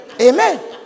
Amen